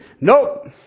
Nope